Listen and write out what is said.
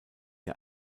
der